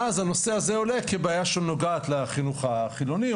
ואז הנושא הזה עולה כבעיה שנוגעת לחינוך החילוני,